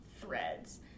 threads